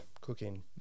cooking